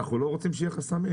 אנחנו לא רוצים שיהיו חסמים?